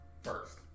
first